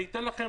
אתן לכם